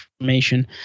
information